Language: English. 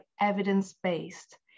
evidence-based